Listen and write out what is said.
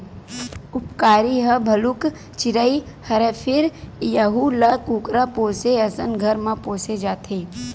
उपकारी ह भलुक चिरई हरय फेर यहूं ल कुकरा पोसे असन घर म पोसे जाथे